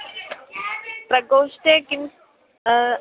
प्रकोष्ठे किं